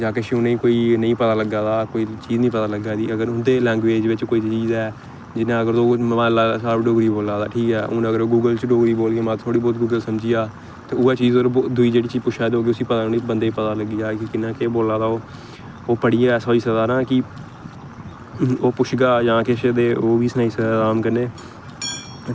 जां किश उ'नेंगी कोई नेईं पता लग्गा दा कोई चीज नेईं पता लग्गा दी अगर उं'दे लैंग्वेज बिच्च कोई चीजा ऐ जियां अगर तुस कोई लाई लैओ स्हाब में डोगरी बोला दा ठीक ऐ हून अगर गूगल च डोगरी बोलगे ते मत थोह्ड़ी बौह्त गूगल समझी जा ते उऐ हून दूई चीज पुच्छा दे होग उसी पता निं होनी बंदे गी पता लग्गी जा कि कियां केह् बोला दा ओह् ओह् पढ़ियै ऐसा होई सकदा ना कि ओह् पुच्छगा जां किश ते ओह् बी सनाई सकदा अराम कन्नै